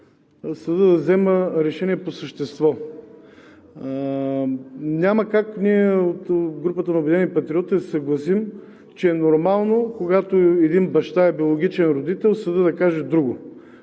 съдът да взема решения по същество. Няма как от групата на „Обединени патриоти“ да се съгласим, че е нормално, когато един баща е биологичен родител, съдът да каже друго,